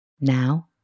Now